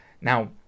Now